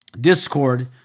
discord